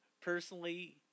Personally